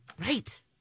Right